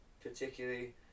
particularly